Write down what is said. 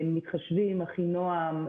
מתחשבים, אחינועם.